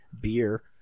beer